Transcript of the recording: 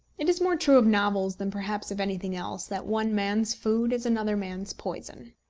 it is more true of novels than perhaps of anything else, that one man's food is another man's poison.